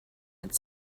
had